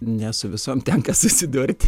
ne su visom tenka susidurt